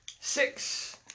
Six